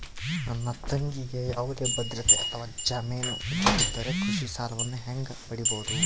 ನನ್ನ ತಂಗಿಗೆ ಯಾವುದೇ ಭದ್ರತೆ ಅಥವಾ ಜಾಮೇನು ಇಲ್ಲದಿದ್ದರೆ ಕೃಷಿ ಸಾಲವನ್ನು ಹೆಂಗ ಪಡಿಬಹುದು?